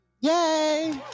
Yay